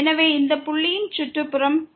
எனவே இந்த புள்ளியின் சுற்றுப்புறம் P